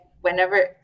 whenever